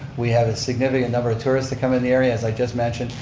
we have a significant number of tourists that come in the area, as i just mentioned.